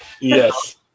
Yes